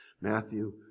Matthew